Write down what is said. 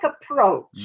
approach